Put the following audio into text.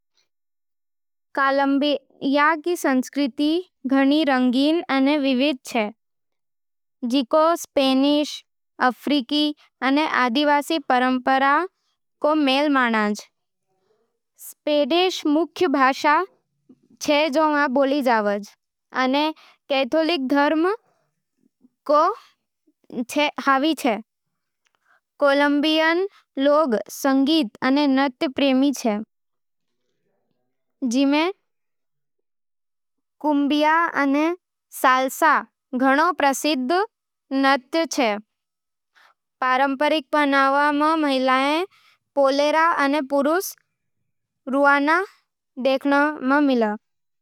कोलंबिया रो संस्कृति घणो रंगीन अने विविध छे, जिको स्पेनिश, अफ्रीकी अने आदिवासी परंपरावां को मेल मानांझ। स्पेनिश मुख्य भाषा होवे, अने कैथोलिक धर्म हावी छे। कोलंबियाई लोग संगीत अने नृत्य प्रेमी छे, जिमें कुम्बिया अने साल्सा घणो प्रसिद्ध है। पारंपरिक पहनावा में महिलाओं रो ‘पोलेरा’ अने पुरुषां रो रुआना देखण ने मिले।